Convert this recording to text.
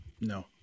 No